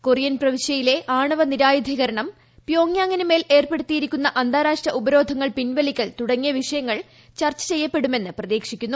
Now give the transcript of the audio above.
Korean പ്രവിശ്യയിലെ ആണവ നിരായുധീകരണം പ്യോങ്ഗ്യാങിന് മേൽ ഏർപ്പെടുത്തിരിക്കുന്ന അന്താരാഷ്ട്ര ഉപരോധങ്ങൾ പിൻവലിക്കൽ ്തുടങ്ങിയ വിഷയങ്ങൾ ചർച്ച ചെയ്യപ്പെടുമെന്ന് പ്രതീക്ഷിക്കുന്നു